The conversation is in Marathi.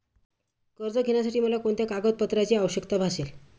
कर्ज घेण्यासाठी मला कोणत्या कागदपत्रांची आवश्यकता भासेल?